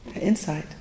insight